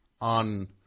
on